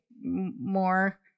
more